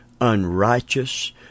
unrighteous